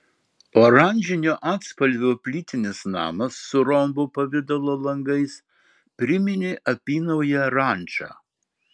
oranžinio atspalvio plytinis namas su rombo pavidalo langais priminė apynauję rančą